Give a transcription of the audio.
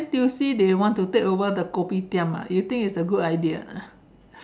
the N_T_U_C they want to take over the Kopitiam ah do you think it's a good idea